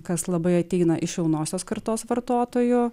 kas labai ateina iš jaunosios kartos vartotojų